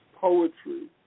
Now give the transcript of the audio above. poetry